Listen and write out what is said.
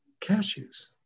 cashews